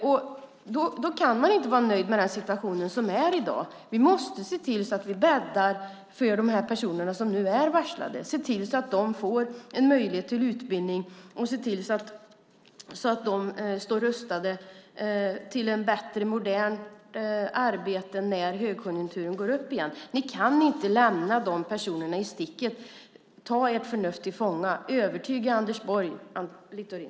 Då kan man inte vara nöjd med den situation vi har i dag. Vi måste se till så att vi bäddar för de personer som nu är varslade, se till att de får en möjlighet till utbildning och se till så att de står rustade för ett bättre, modernt arbete när konjunkturen går upp igen. Ni kan inte lämna de personerna i sticket! Ta ert förnuft till fånga! Övertyga Anders Borg, Littorin!